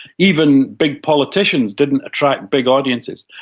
even big politicians didn't attract big audiences.